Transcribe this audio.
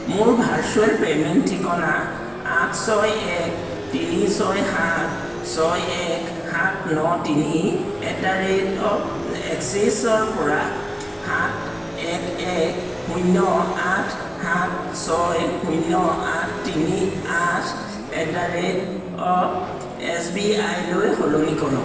মোৰ virtual payment ঠিকনা আঠ ছয় এক তিনি ছয় সাত ছয় এক সাত ন তিনি এট দ্য ৰেট অফ এক্সিছৰ পৰা সাত এক এক শূন্য আঠ সাত ছয় শূন্য আঠ তিনি আঠ at the rate of S B I লৈ সলনি কৰক